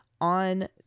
on